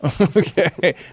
Okay